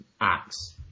acts